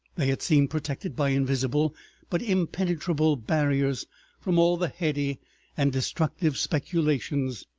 they had seemed protected by invisible but impenetrable barriers from all the heady and destructive speculations,